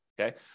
okay